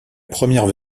première